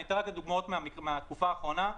אתן דוגמאות מהתקופה האחרונה.